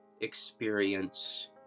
experience